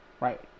right